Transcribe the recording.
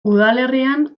udalerrian